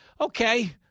okay